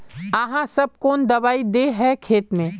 आहाँ सब कौन दबाइ दे है खेत में?